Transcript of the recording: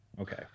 okay